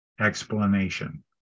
explanation